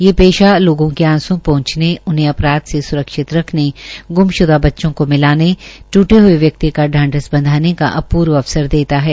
ये पेशा लोगों के आंसू पोछने उन्हें अपराध से सुरक्षित रखने ग्मश्दा बचचों को मिलाने टूटे हये व्यकित का शांध्स बंधाने का अपूर्व अवसर देता है